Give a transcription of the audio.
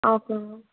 okay ma'am